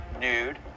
nude